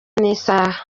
n’isaha